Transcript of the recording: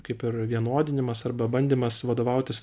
kaip ir vienodinimas arba bandymas vadovautis